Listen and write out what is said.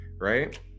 right